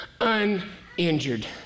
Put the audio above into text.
uninjured